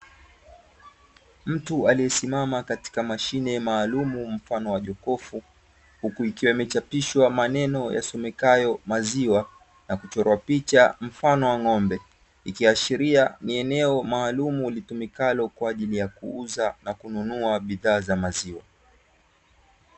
Mtu aliyesimama katika mashine maalumu mfano wa jokofu, huku ikiwa imechapishwa maneno yasomekayo maziwa, na kuchorwa picha mfano wa ng'ombe, ikiashiria ni eneo maalumu litumikalo kwa ajili ya kuuza na kununua bidhaa za maziwa.